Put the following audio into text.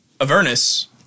Avernus